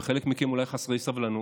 וחלק מכם אולי חסרי סבלנות,